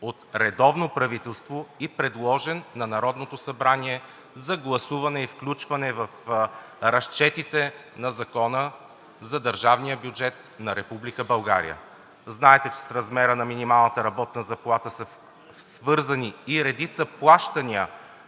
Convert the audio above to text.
от редовно правителство и предложен на Народното събрание за гласуване и включване в разчетите на Закона за държавния бюджет на Република България. Знаете, че с размера на минималната работна заплата са свързани и редица плащания